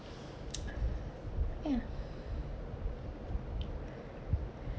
ya